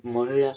ମହିଳା